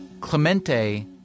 Clemente